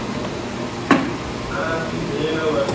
બરાબર હા મેઇન આ વર્ષ